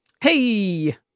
Hey